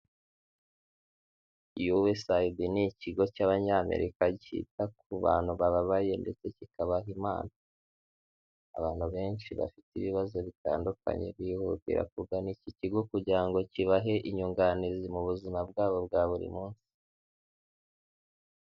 USAID ni ikigo cy'abanyamerika cyita ku bantu bababaye ndetse kikabaha impano. Abantu benshi bafite ibibazo bitandukanye, bihutira kugana iki kigo kugira ngo kibahe inyunganizi mu buzima bwabo bwa buri munsi.